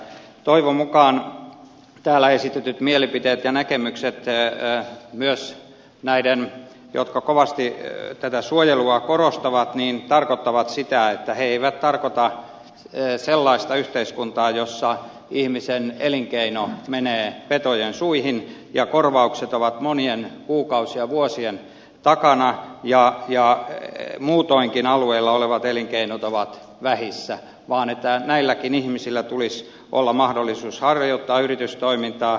toivon mukaan täällä esitetyt mielipiteet ja näkemykset ja myös he jotka kovasti suojelua korostavat tarkoittavat sitä että he eivät tarkoita sellaista yhteiskuntaa jossa ihmisen elinkeino menee petojen suihin ja korvaukset ovat monien kuukausien ja vuosien takana ja muutoinkin alueella olevat elinkeinot ovat vähissä vaan että näilläkin ihmisillä tulisi olla mahdollisuus harjoittaa yritystoimintaa